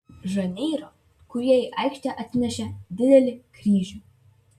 žaneiro kurie į aikštę atsinešė didelį kryžių